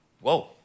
whoa